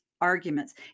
arguments